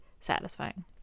satisfying